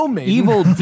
evil